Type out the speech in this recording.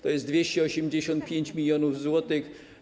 To jest 285 mln zł.